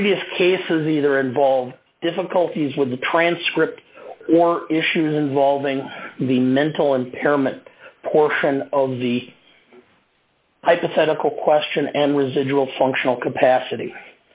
previous cases either involve difficulties with the transcript or issues involving the mental impairment portion of the hypothetical question and residual functional capacity